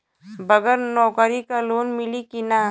बगर नौकरी क लोन मिली कि ना?